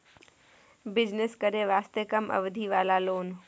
Business करे वास्ते कम अवधि वाला लोन?